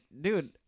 dude